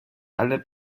alle